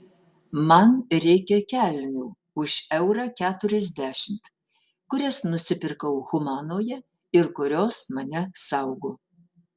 man reikia kelnių už eurą keturiasdešimt kurias nusipirkau humanoje ir kurios mane saugo